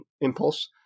impulse